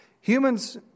Humans